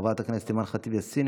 חברת הכנסת אימאן ח'טיב יאסין,